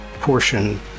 portion